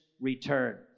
return